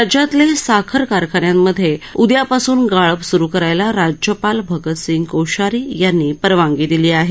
राज्यातले साखर कारखान्यांमधे उदयापासून गाळप सुरु करायला राज्यपाल भगतसिंग कोश्यारी यांनी परवानगी दिली आहे